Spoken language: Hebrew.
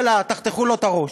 יאללה, תחתכו לו את הראש.